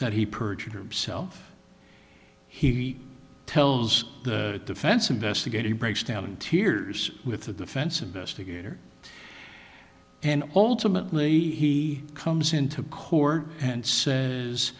that he perjured himself he tells the defense investigator he breaks down in tears with the defense investigator and ultimately he comes into court and